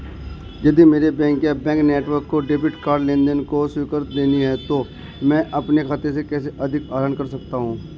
यदि मेरे बैंक या बैंक नेटवर्क को डेबिट कार्ड लेनदेन को स्वीकृति देनी है तो मैं अपने खाते से कैसे अधिक आहरण कर सकता हूँ?